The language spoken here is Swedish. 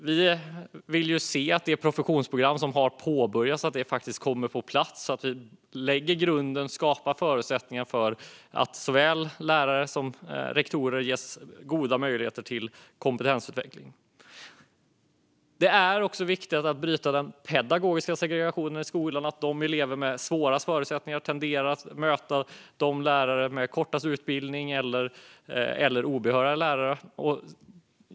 Vi vill se att det professionsprogram som har påbörjats kommer på plats så att vi lägger grunden och skapar förutsättningar för att såväl lärare som rektorer ges goda möjligheter till kompetensutveckling. Det är viktigt att bryta den pedagogiska segregationen i skolan, där de elever som har sämst förutsättningar tenderar att möta de lärare som har kortast utbildning eller obehöriga lärare.